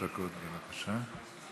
שלוש דקות, בבקשה.